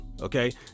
Okay